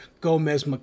Gomez